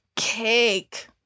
Cake